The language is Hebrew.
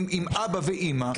עם אבא ואמא.